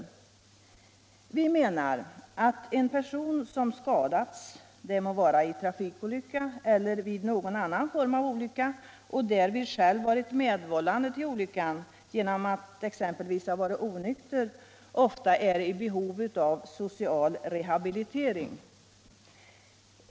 Vi menar att en person som skadats — det må vara vid trafikolycka eller i någon annan form av olycka — och därvid själv varit medvållande till olyckan genom att exempelvis ha varit onykter, ofta är i behov av social rehabilitering.